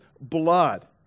blood